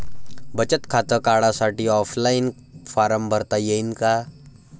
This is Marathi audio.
बचत खातं काढासाठी ऑफलाईन फारम भरता येईन का?